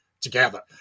together